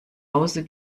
hause